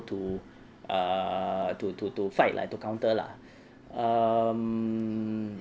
to err to to to fight lah to counter lah um